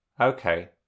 Okay